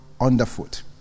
underfoot